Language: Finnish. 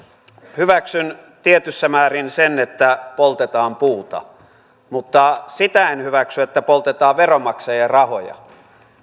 hyväksyn tietyssä määrin sen että poltetaan puuta mutta sitä en hyväksy että poltetaan veronmaksajien rahoja